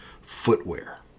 footwear